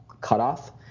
cutoff